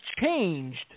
changed